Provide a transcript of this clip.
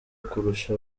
kurusha